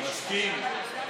מסכים?